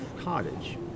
cottage